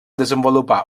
desenvolupar